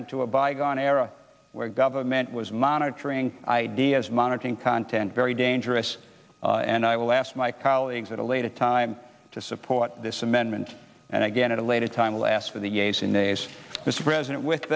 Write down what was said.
into a bygone era where government was monitoring ideas monitoring content very dangerous and i will ask my colleagues at a later time to support this amendment and again at a later time last for the gays in the as this president with